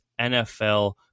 NFL